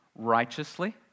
righteously